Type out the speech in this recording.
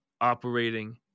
operating –